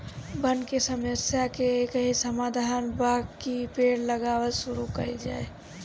वन के समस्या के एकही समाधान बाकि पेड़ लगावल शुरू कइल जाए